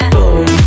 Boom